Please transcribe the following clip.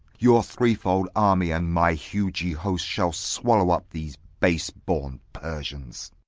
your threefold army and my hugy host shall swallow up these base-born persians.